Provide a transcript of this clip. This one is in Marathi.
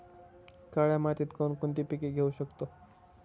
काळ्या मातीत कोणकोणती पिके घेऊ शकतो?